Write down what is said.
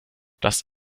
das